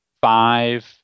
Five